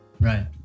Right